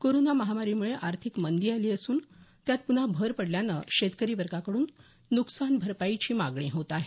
corona महामारामुळे आर्थिक मंदी आली असून त्यात पुन्हा भर पडल्यानं शेतकरी वर्गाकडून नुकसान भरपाईची मागणी होत आहे